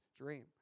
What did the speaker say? dream